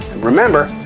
remember,